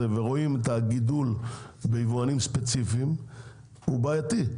ורואים את הגידול ביבואנים ספציפיים הוא בעייתי,